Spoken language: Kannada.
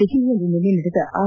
ದೆಹಲಿಯಲ್ಲಿ ನಿನ್ನೆ ನಡೆದ ಆರ್